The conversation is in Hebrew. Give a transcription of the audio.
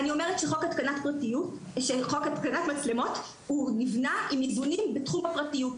אני אומרת שחוק התקנת מצלמות נבנה עם איזונים בתחום הפרטיות.